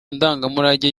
ndangamurage